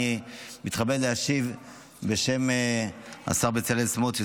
אני מתכבד להשיב בשם השר בצלאל סמוטריץ',